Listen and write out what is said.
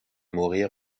mourir